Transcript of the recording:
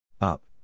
Up